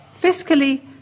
fiscally